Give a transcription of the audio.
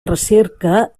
recerca